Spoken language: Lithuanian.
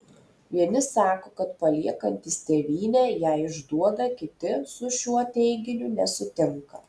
vieni sako kad paliekantys tėvynę ją išduoda kiti su šiuo teiginiu nesutinka